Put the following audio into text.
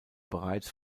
bereits